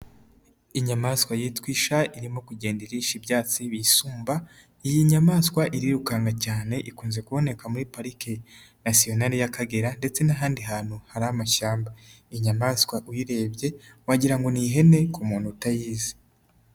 Inyamaswa yitwa isha, irimo kugenda irisha ibyatsi biyisumba, iyi nyamaswa irirukanka cyane, ikunze kuboneka muri pariki nasionari y'Akagera ndetse n'ahandi hantu hari amashyamba, iyi inyamaswa uyirebye wagira ngo ni ihene ku muntu utayizi.